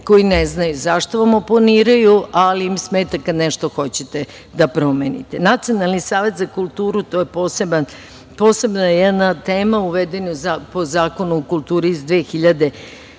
koji ne znaju zašto vam oponiraju, ali im smeta kada nešto hoćete da promenite. Nacionalni savet za kulturu, to je posebna jedna tema uvedena po Zakonu o kulturi iz 2009.